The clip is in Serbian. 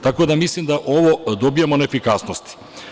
Tako da mislim da ovim dobijamo na efikasnosti.